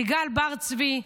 סיגל בר צבי,